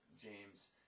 James